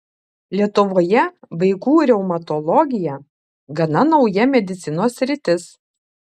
lietuvoje vaikų reumatologija gana nauja medicinos sritis